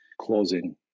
closing